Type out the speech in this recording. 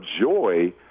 joy